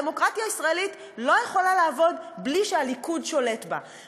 הדמוקרטיה הישראלית לא יכולה לעבוד בלי שהליכוד שולט בה,